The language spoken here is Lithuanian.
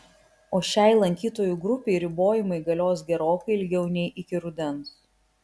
o šiai lankytojų grupei ribojimai galios gerokai ilgiau nei iki rudens